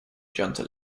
junta